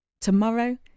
tomorrow